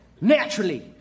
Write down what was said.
Naturally